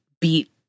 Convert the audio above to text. beat